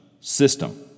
system